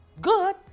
good